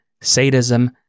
sadism